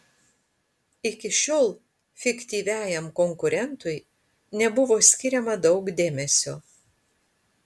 iki šiol fiktyviajam konkurentui nebuvo skiriama daug dėmesio